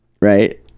right